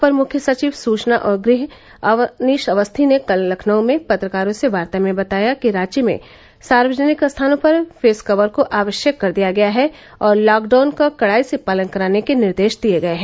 अपर मुख्य सचिव सूचना और गृह अवनीश अवस्थी ने कल लखनऊ में पत्रकारों से वार्ता में बताया कि राज्य में सार्वजनिक स्थानों पर फेस कवर को आवश्यक कर दिया गया है और लॉकडाउन का कड़ाई से पालन कराने के निर्देश दिये गये हैं